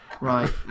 Right